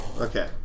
Okay